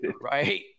right